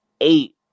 eight